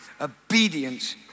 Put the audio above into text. obedience